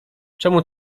czemu